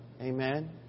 Amen